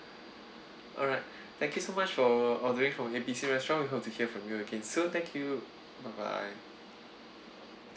alright thank you so much for ordering from A B C restaurant we hope to hear from you again soon thank you bye bye